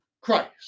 Christ